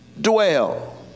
dwell